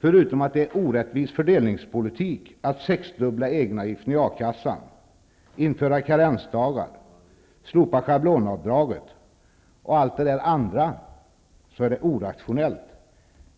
Förutom att det är orättvis fördelningspolitik att sexdubbla egenavgiften i a-kassan, införa karensdagar, slopa schablonavdraget och allt det andra, så är det orationellt.